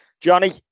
johnny